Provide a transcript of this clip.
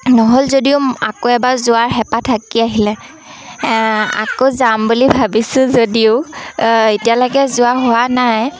নহ'ল যদিও আকৌ এবাৰ যোৱাৰ হেঁপাহ থাকি আহিলে আকৌ যাম বুলি ভাবিছোঁ যদিও এতিয়ালৈকে যোৱা হোৱা নাই